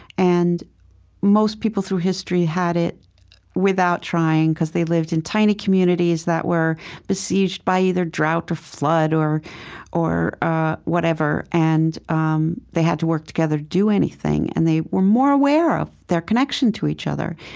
and most people through history had it without trying because they lived in tiny communities that were besieged by either drought or flood or or ah whatever, and um they had to work together to do anything. and they were more aware of their connection to each other.